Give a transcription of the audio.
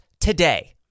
today